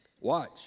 watch